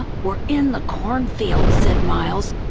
we're in the cornfields, said miles,